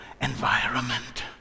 environment